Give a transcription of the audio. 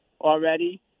already